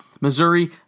Missouri